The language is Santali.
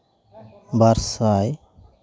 ᱵᱟᱨ ᱥᱟᱭ